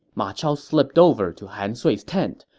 ma chao slipped over to han sui's tent,